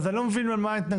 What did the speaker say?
אז אני לא מבין על מה ההתנגדות.